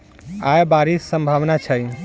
आय बारिश केँ सम्भावना छै?